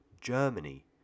Germany